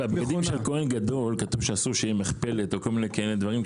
בבגדים של כהן גדול כתוב שאסור שיהיה מכפלת או כל מיני כאלה דברים,